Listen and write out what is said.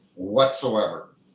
whatsoever